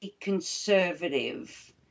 conservative